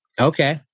Okay